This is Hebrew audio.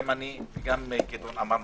גם גדעון וגם אני,